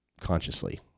consciously